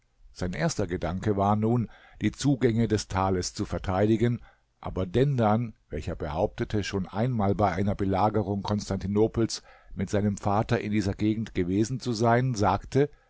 sein erster gedanke war nun die zugänge des tales zu verteidigen aber dendan welcher behauptete schon einmal bei einer belagerung konstantinopels mit seinem vater in dieser gegend gewesen zu sein sagte